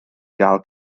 gael